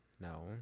No